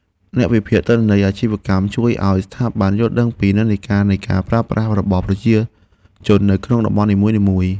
អ្នកវិភាគទិន្នន័យអាជីវកម្មជួយឱ្យស្ថាប័នយល់ដឹងពីនិន្នាការនៃការប្រើប្រាស់របស់ប្រជាជននៅក្នុងតំបន់នីមួយៗ។